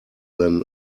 than